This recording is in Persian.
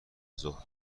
ظهر